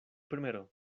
primero